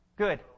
Good